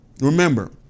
remember